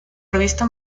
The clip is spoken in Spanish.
revista